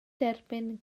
derbyn